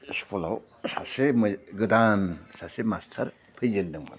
स्कुलाव सासे गोदान सासे मास्टार फैजेन्दोंमोन